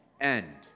end